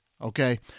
okay